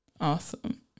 awesome